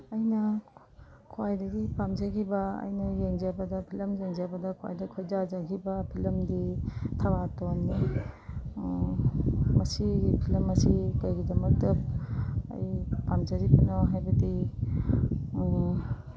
ꯑꯩꯅ ꯈ꯭ꯋꯥꯏꯗꯒꯤ ꯄꯥꯝꯖꯒꯤꯕ ꯑꯩꯅ ꯌꯦꯡꯖꯕꯗ ꯐꯤꯂꯝ ꯌꯦꯡꯖꯕꯗ ꯈ꯭ꯋꯥꯏꯗꯒꯤ ꯈꯣꯏꯗꯖꯒꯤꯕ ꯐꯤꯂꯝꯗꯤ ꯊꯕꯥꯇꯣꯟꯅꯤ ꯃꯁꯤꯒꯤ ꯐꯤꯂꯝ ꯑꯁꯤ ꯀꯩꯒꯤꯗꯃꯛꯇ ꯑꯩ ꯄꯥꯝꯖꯔꯤꯕꯅꯣ ꯍꯥꯏꯕꯗꯤ